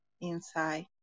inside